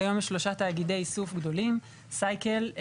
כיום יש שלושה תאגידי איסוף גדולים סייקל,